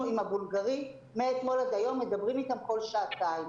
אנחנו עם הבולגרי מאתמול עד היום מדברים כל שעתיים.